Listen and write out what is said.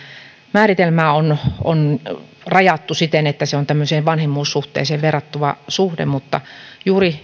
määritelmää on on rajattu siten että se on tämmöiseen vanhemmuussuhteeseen verrattava suhde mutta juuri